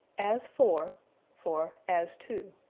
as for for as to.